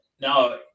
no